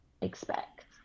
expect